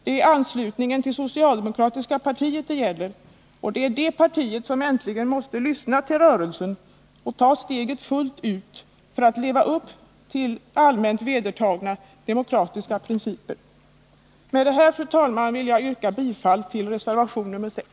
Det är anslutningen till socialdemokratiska partiet det gäller, och det är det partiet som äntligen måste lyssna till rörelsen och ta steget fullt ut för att leva upp till allmänt vedertagna demokratiska principer. Med detta, fru talman, ber jag att få yrka bifall till reservation nr 6.